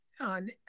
on